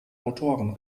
rotoren